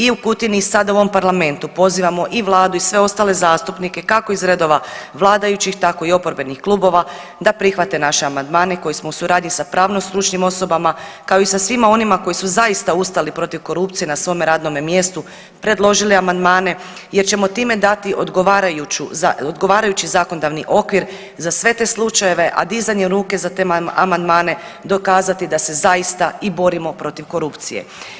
I u Kutini i sada u ovom Parlamentu pozivamo i Vladu i sve ostale zastupnike kako iz redova vladajućih, tako i oporbenih klubova da prihvate naše amandmane koje smo u suradnji sa pravno-stručnim osobama kao i sa svima onima koji su zaista ustali protiv korupcije na svome radnome mjestu predložili amandmane jer ćemo time dati odgovarajući zakonodavni okvir za sve te slučajeve, a dizanjem ruke za te amandmane dokazati da se zaista i borimo protiv korupcije.